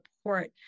support